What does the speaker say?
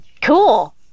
cool